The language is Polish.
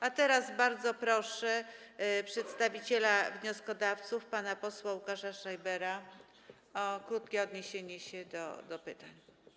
A teraz bardzo proszę przedstawiciela wnioskodawców pana posła Łukasza Schreibera o krótkie odniesienie się do pytań.